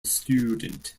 student